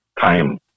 time